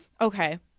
okay